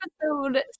episode